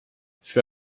für